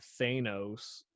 Thanos